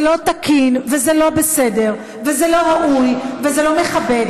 זה לא תקין וזה לא בסדר וזה לא ראוי וזה לא מכבד,